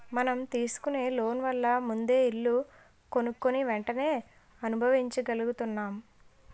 మనం తీసుకునే లోన్ వల్ల ముందే ఇల్లు కొనుక్కుని వెంటనే అనుభవించగలుగుతున్నాం